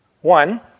One